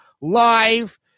live